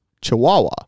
chihuahua